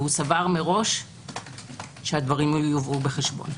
והוא סבר מראש שהדברים יובאו בחשבון.